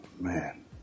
man